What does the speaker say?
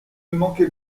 manquait